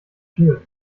shield